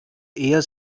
eher